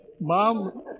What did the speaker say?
Mom